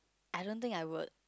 I don't think I would